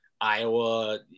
Iowa